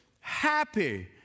happy